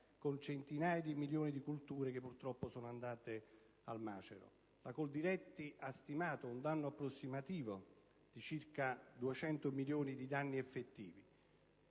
con centinaia di milioni di colture che, purtroppo, sono andate al macero. La Coldiretti ha stimato un danno approssimativo di circa 200 milioni di danni effettivi.